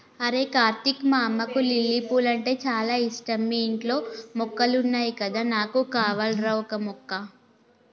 అరేయ్ కార్తీక్ మా అమ్మకు లిల్లీ పూలంటే చాల ఇష్టం మీ ఇంట్లో మొక్కలున్నాయి కదా నాకు కావాల్రా ఓక మొక్క